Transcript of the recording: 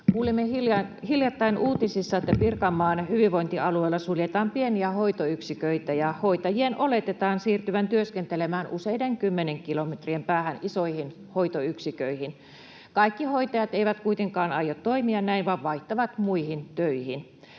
Kuulimme hiljattain uutisista, että Pirkanmaan hyvinvointialueella suljetaan pieniä hoitoyksiköitä ja hoitajien oletetaan siirtyvän työskentelemään useiden kymmenien kilometrien päähän isoihin hoitoyksiköihin. Kaikki hoitajat eivät kuitenkaan aio toimia näin vaan vaihtavat muihin töihin.